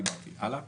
אנחנו